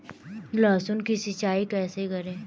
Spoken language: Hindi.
लहसुन की सिंचाई कैसे करें?